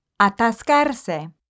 atascarse